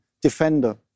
Defender